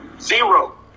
zero